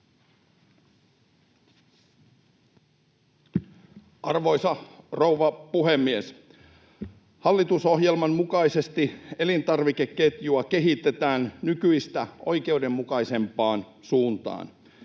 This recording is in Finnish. Arvoisa rouva puhemies! Hallitusohjelman mukaisesti elintarvikeketjua kehitetään nykyistä oikeudenmukaisempaan suuntaan.